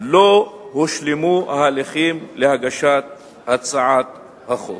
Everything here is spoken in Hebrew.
לא הושלמו ההליכים להגשת הצעת החוק.